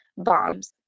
Bombs